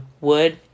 wood